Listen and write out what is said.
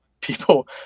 people